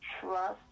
trust